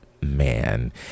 man